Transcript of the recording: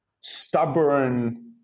stubborn